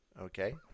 okay